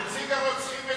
נציג הרוצחים מדבר.